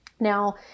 Now